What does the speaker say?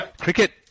cricket